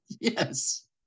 Yes